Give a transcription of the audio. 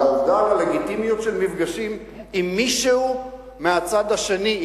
על העובדה והלגיטימיות של מפגשים עם מישהו מהצד השני.